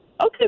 Okay